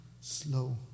slow